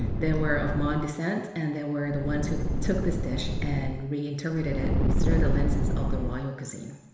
they were of mon descent and they were the ones who took this dish and reinterpreted it through the lenses of the royal cuisine.